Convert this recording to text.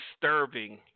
disturbing